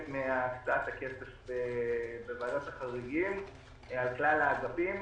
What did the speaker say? מהקצאת הכסף בוועדת החריגים על כלל האגפים